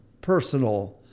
personal